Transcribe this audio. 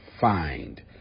find